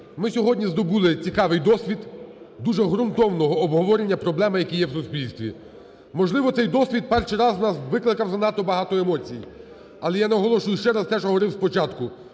ми сьогодні здобули цікавий досвід дуже ґрунтовного обговорення проблеми, які є в суспільстві. Можливо, це досвід перший раз у нас викликав занадто багато емоцій. Але я наголошую, ще раз на те, що я говорив спочатку: